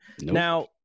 Now